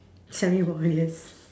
semi bald yes